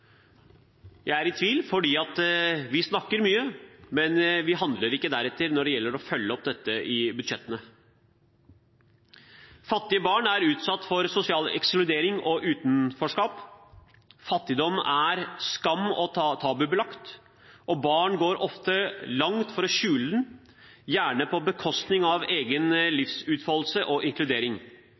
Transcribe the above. Jeg er i tvil fordi vi snakker mye, men vi handler ikke deretter når det gjelder å følge opp dette i budsjettene. Fattige barn er utsatt for sosial ekskludering og utenforskap. Fattigdom er skam- og tabubelagt, og barn går ofte langt for å skjule den, gjerne på bekostning av egen livsutfoldelse og inkludering.